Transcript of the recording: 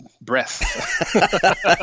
breath